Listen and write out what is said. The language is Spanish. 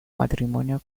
matrimonio